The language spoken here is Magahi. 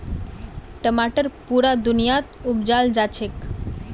टमाटर पुरा दुनियात उपजाल जाछेक